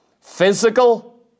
physical